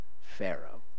Pharaoh